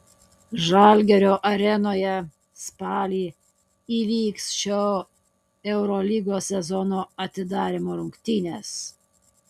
žalgirio arenoje spalį įvyks šio eurolygos sezono atidarymo rungtynės